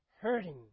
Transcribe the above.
hurting